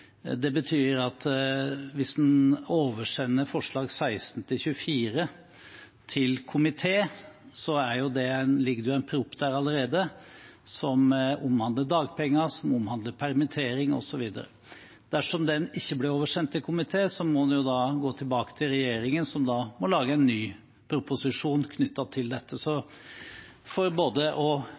Det betyr at hvis en oversender forslagene nr. 16–24 til komité, ligger det en proposisjon der allerede, som omhandler dagpenger, permittering, osv. Dersom de ikke blir oversendt til komité, må en da gå tilbake til regjeringen, som må lage en ny proposisjon knyttet til dette. Så for både